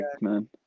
Man